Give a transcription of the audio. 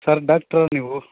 sir ಡಾಕ್ಟರಾ ನೀವು